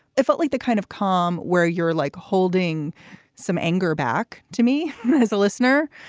it felt like the kind of calm where you're like holding some anger back to me as a listener.